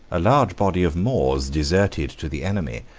a large body of moors deserted to the enemy,